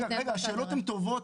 השאלות הן טובות,